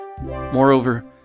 Moreover